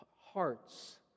hearts